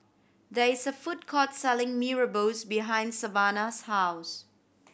there is a food court selling Mee Rebus behind Savannah's house